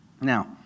Now